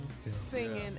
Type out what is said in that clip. singing